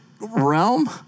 realm